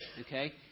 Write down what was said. okay